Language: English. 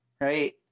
right